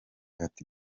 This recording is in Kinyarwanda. ati